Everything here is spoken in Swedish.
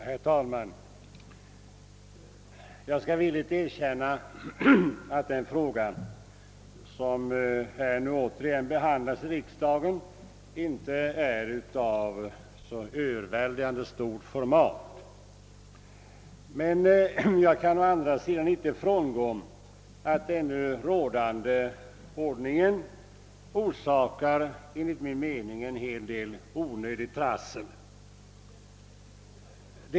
Herr talman! Jag skall villigt erkänna att den fråga som nu på nytt behandlas i riksdagen inte är av så stort format. Men jag kan å andra sidan inte komma ifrån att den nu rådande ordningen enligt min mening orsakar en hel del onödigt trassel.